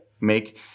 Make